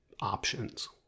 options